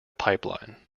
pipeline